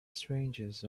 strangest